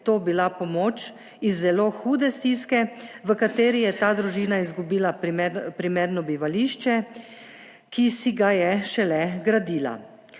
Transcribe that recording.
to bila pomoč iz zelo hude stiske v kateri je ta družina izgubila primerno bivališče, ki si ga je šele gradila.